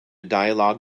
dialogue